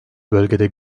bölgede